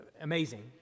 amazing